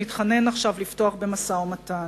מתחנן עכשיו לפתוח במשא-ומתן.